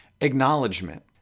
acknowledgement